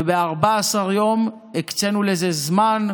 וב-14 יום הקצינו לזה זמן,